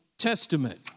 Testament